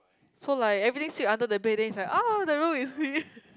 so like everything sweep under the bed then it's like ah the room is clean